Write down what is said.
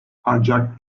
ancak